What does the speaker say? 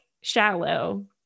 shallow